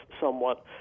somewhat